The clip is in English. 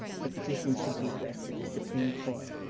the petition should be addressed to the supreme court.